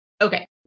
Okay